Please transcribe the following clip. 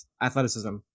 athleticism